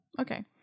Okay